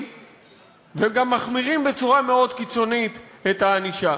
וגם מחמירים בצורה מאוד קיצונית את הענישה.